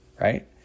right